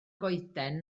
goeden